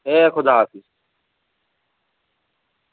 एह् खुदा हाफिज